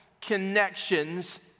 connections